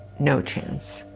no chance?